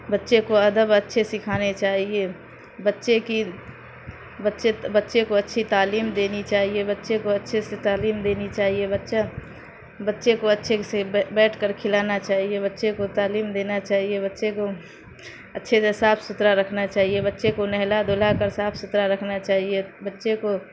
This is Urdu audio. بچے کو ادب اچھے سکھانے چاہیے بچے کی بچے بچے کو اچھی تعلیم دینی چاہیے بچے کو اچھے سے تعلیم دینی چاہیے بچہ بچے کو اچھے سے بیٹھ کر کھلانا چاہیے بچے کو تعلیم دینا چاہیے بچے کو اچھے سے صاف ستھرا رکھنا چاہیے بچے کو نہلا دھلا کر صاف ستھرا رکھنا چاہیے بچے کو